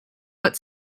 but